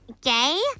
gay